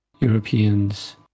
Europeans